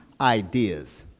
ideas